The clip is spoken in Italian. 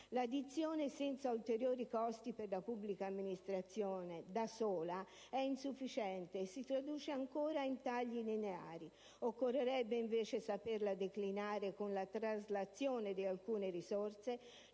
La dizione «senza ulteriori costi per la pubblica amministrazione», da sola, è insufficiente e si traduce ancora in tagli lineari. Occorrerebbe invece saperla declinare con la traslazione di alcune risorse,